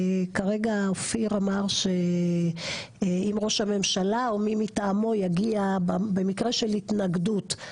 כרגע אופיר אמר שאם ראש הממשלה או מי מטעמו יגיע במקרה של התנגדות,